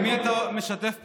עם מי אתה משתף פעולה,